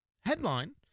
headline